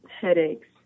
headaches